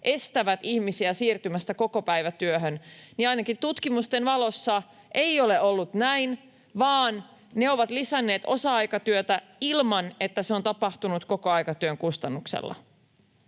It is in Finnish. estävät ihmisiä siirtymästä kokopäivätyöhön, ainakaan tutkimusten valossa ei ole ollut näin, vaan ne ovat lisänneet osa-aikatyötä ilman, että se on tapahtunut kokoaikatyön kustannuksella.